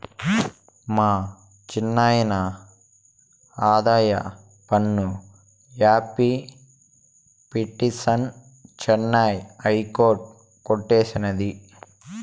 మా చిన్నాయిన ఆదాయపన్ను మాఫీ పిటిసన్ చెన్నై హైకోర్టు కొట్టేసినాది